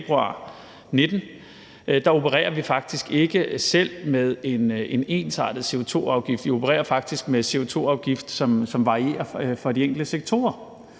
opererer vi faktisk ikke selv med en ensartet CO2-afgift; vi opererer jo faktisk med en CO2-afgift, som varierer fra de enkelte sektorer.